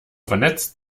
vernetzt